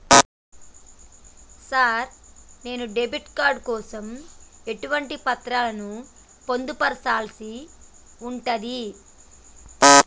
Sir నేను debit card కోసం ఎటువంటి పత్రాలను పొందుపర్చాల్సి ఉంటది?